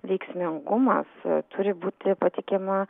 veiksmingumas turi būti patikima